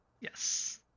Yes